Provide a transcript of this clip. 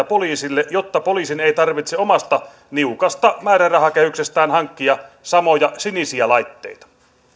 poliisille jotta poliisin ei tarvitse omasta niukasta määrärahakehyksestään hankkia samoja sinisiä laitteita